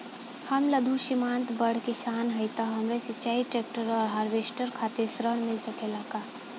हम लघु सीमांत बड़ किसान हईं त हमरा सिंचाई ट्रेक्टर और हार्वेस्टर खातिर ऋण मिल सकेला का?